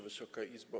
Wysoka Izbo!